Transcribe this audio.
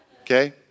Okay